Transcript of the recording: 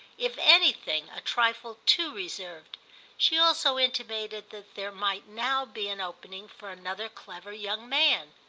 if anything, a trifle too reserved she also intimated that there might now be an opening for another clever young man.